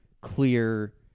clear